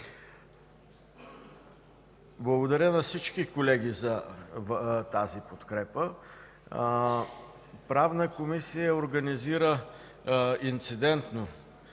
Благодаря на всички колеги за тази подкрепа. Правната комисия организира инцидентно,